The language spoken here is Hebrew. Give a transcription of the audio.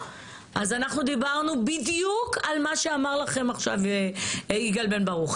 אז אנחנו דיברנו בדיוק על מה שאמר לכם עכשיו יגאל בן ברוך.